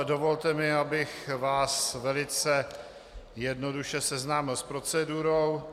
Dovolte mi, abych vás velice jednoduše seznámil s procedurou.